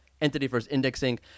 entity-first-indexing